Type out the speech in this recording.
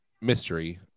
mystery